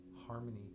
harmony